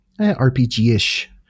RPG-ish